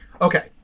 Okay